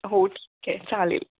हो ठीक आहे चालेल